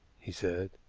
he said.